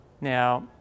Now